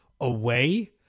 away